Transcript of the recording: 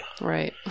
right